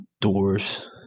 doors